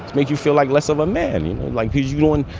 made you feel like less of a man, you know? like, cause you going,